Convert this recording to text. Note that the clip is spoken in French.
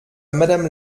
madame